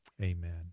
amen